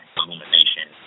illumination